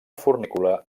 fornícula